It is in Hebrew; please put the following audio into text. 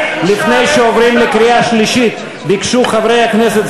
חברי חברי הכנסת,